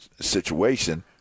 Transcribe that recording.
situation